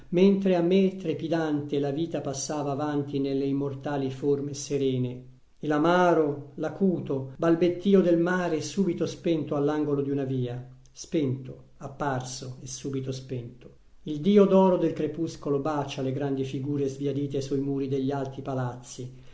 mentre a me trepidante la vita passava avanti nelle immortali forme serene e l'amaro l'acuto balbettìo del mare subito spento all'angolo di una via spento apparso e subito spento il dio d'oro del crepuscolo bacia le grandi figure sbiadite sui muri degli alti palazzi